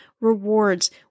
rewards